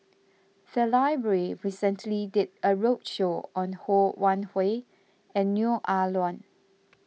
the library recently did a roadshow on Ho Wan Hui and Neo Ah Luan